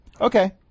Okay